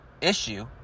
issue